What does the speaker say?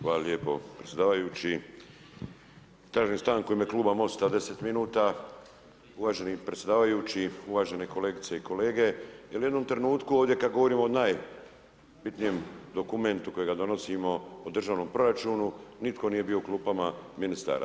Hvala lijepo predsjedavajući, tražim stanku u ime Kluba MOST-a 10 minuta, uvaženi predsjedavajući, uvažene kolegice i kolege, jer u jednom trenutku ovdje kad govorimo o najbitnijem dokumentu kojega donosimo, o državnom proračunu, nitko nije bio u klupama ministara.